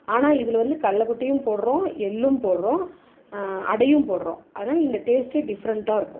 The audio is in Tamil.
ஆனால் இதில் வந்து கடலக் கொட்டையும் போடுறோம் எள்ளும் போடுறோம் அடையும் போடுறோம் அதனால் இந்த டேஸ்ட்டே டிஃப்ரெண்டாக இருக்கும்